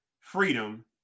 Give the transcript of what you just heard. freedom